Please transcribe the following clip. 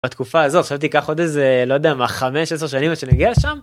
התקופה הזאת שלא תיקח עוד איזה לא יודע מה 15 שנים שנגיע לשם.